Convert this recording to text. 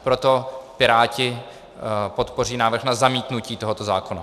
Proto Piráti podpoří návrh na zamítnutí tohoto zákona.